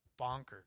bonkers